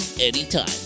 anytime